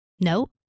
Nope